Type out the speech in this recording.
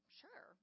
sure